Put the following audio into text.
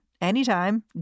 anytime